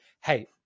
Hey